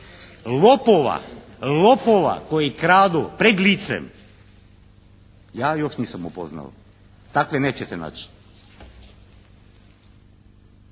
Lopova, lopova koji kradu pred licem ja još nisam upoznao. Takve nećete naći.